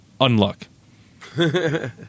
unluck